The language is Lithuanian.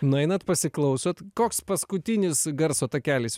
nueinat pasiklausot koks paskutinis garso takelis